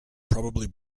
probably